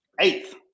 Eighth